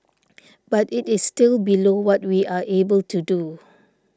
but it is still below what we are able to do